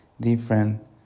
different